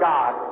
God